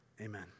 Amen